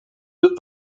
deux